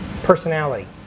Personality